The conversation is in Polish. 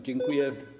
Dziękuję.